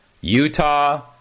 Utah